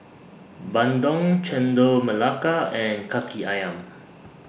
Bandung Chendol Melaka and Kaki Ayam